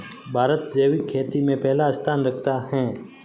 भारत जैविक खेती में पहला स्थान रखता है